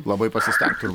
labai pasistengt turbūt